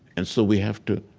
and so we have to